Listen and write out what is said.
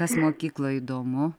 kas mokykloj įdomu